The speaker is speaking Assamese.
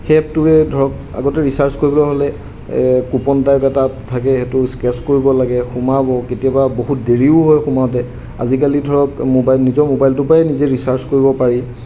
সেই এপটোৱে ধৰক আগতে ৰিচাৰ্জ কৰিবলৈ হ'লে কুপন টাইপ এটা থাকে সেইটো স্ক্ৰেচ কৰিব লাগে সোমাব কেতিয়াবা বহুত দেৰিও হয় সোমাওঁতে আজিকালি ধৰক মোবাইল নিজৰ মোবাইলটোৰ পৰাই নিজে ৰিচাৰ্জ কৰিব পাৰি